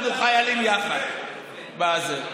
אנחנו חיילים יחד בזה.